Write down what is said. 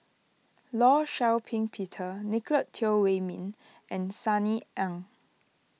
Law Shau Ping Peter Nicolette Teo Wei Min and Sunny Ang